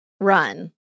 run